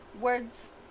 words